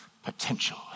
Potential